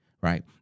Right